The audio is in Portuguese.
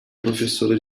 professora